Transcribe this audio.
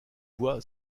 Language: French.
voie